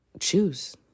choose